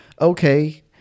okay